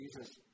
Jesus